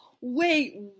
wait